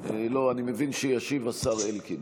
אני מבין שישיב השר אלקין.